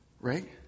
Right